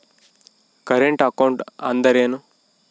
Current account ಅಂದರೇನು?